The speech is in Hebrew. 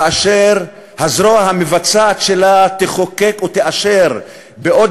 כאשר הזרוע המבצעת שלה תחוקק ותאשר בעוד